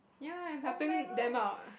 ya I'm helping them out